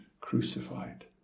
crucified